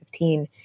2015